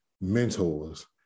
mentors